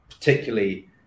particularly